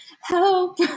Help